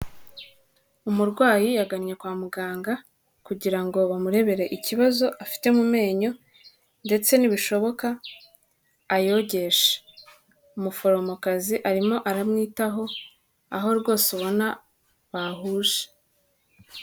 Umurwayi yagannye kwa muganga kugira ngo bamurebere ikibazo afite mu menyo ndetse nibishoboka ayogeshe, umuforomokazi arimo aramwitaho, aho rwose ubona bahuje.